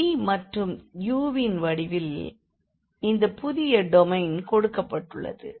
v மற்றும் u வின் வடிவில் இந்த புதிய டொமைன் கொடுக்கப் பட்டுள்ளது